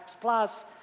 plus